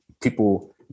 people